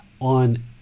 on